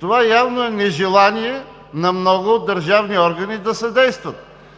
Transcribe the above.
Това явно е нежелание на много държавни органи да съдействат.